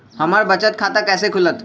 हमर बचत खाता कैसे खुलत?